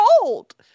cold